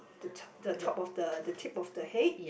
the to~ the top of the the tip of the head